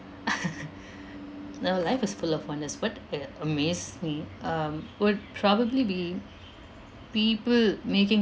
you know life is full of wonders what uh amaze me um would probably be people making